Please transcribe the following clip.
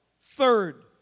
Third